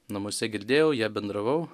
namuose girdėjau ja bendravau